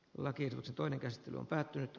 lakiesityksen toinen käsittely on päättynyt